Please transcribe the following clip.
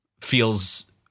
feels